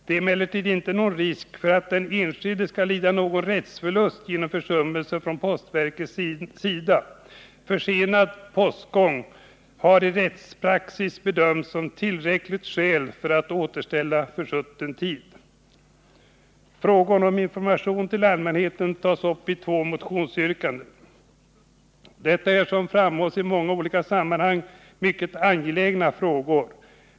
Det är emellertid inte någon risk för att den enskilde skall lida någon rättsförlust på grund av försummelser från postverkets sida. Försenad postgång har i rättspraxis bedömts som tillräckligt skäl för att återställa försutten tid. Frågor om information till allmänheten tas upp i två motionsyrkanden. Detta är, som framhållits i många olika sammanhang, mycket angelägna frågor.